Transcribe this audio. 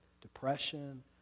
depression